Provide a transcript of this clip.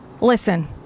Listen